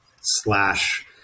Slash